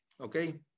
Okay